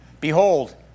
Behold